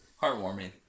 Heartwarming